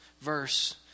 verse